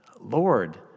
Lord